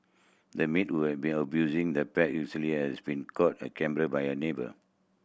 the maid who have been abusing the pet has been caught a camera by a neighbour